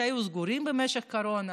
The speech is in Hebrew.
שהיו סגורים במשך הקורונה,